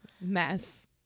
Mess